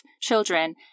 children